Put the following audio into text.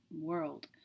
world